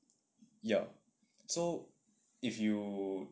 ya so if you